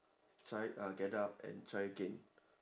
try uh get up and try again